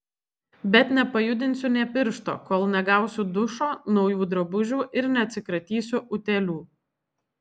bet nepajudinsiu nė piršto kol negausiu dušo naujų drabužių ir neatsikratysiu utėlių